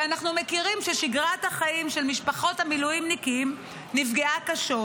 כי אנחנו מכירים ששגרת החיים של משפחות המילואימניקים נפגעה קשות: